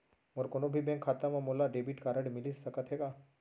मोर कोनो भी बैंक खाता मा मोला डेबिट कारड मिलिस सकत हे का?